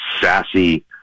sassy